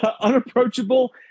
unapproachable